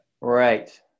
Right